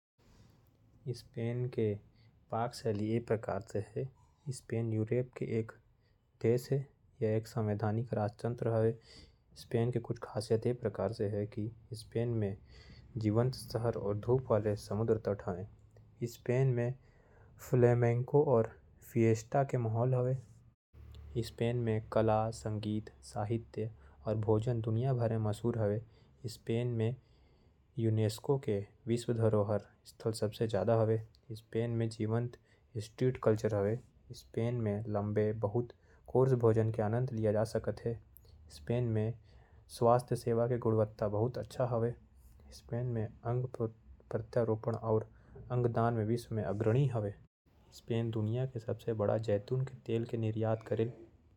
स्पेन के पाक शैली। स्पेन में फ्लेमिंगो पक्षी देखे बर मिली। स्पेन सबसे ज्यादा जैतून के तेल के निर्यात करेल। स्पेन अंग दान करे में सबसे बड़ा देश है। स्पेन के संगीत साहित्य बहुत माधुरी है। यहां यूनेस्को के भी धरोहर है।